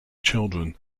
children